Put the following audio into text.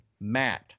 Matt